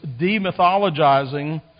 demythologizing